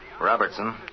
Robertson